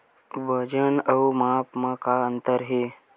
वजन अउ माप म का अंतर हे?